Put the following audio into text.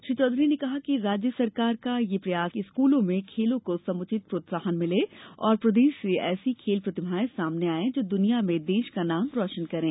श्री चौधरी ने कहा कि राज्य सरकार का यह प्रयास है कि स्कूलों में खेलों को समूचित प्रोत्साहन भिले और प्रदेश से ऐसी खेल प्रतिभाएं सामने आये जो दुनिया में देश का नाम रोशन करें